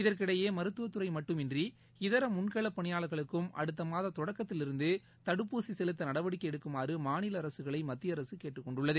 இதற்கிடையேமருத்துவதுறைமட்டுமன்றி இதரமுன்களப் பணியாளர்களுக்கும் அடுத்தமாதம் தொடக்கத்திலிருந்துதடுப்பூசிசெலுத்தநடவடிக்கைஎடுக்குமாறுமாநிலஅரசுகளை மத்திய அரசுகேட்டுக் கொண்டுள்ளது